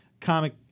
comic